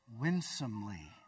winsomely